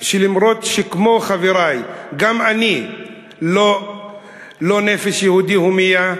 שלמרות שכמו חברי גם אני לא נפש יהודי הומייה,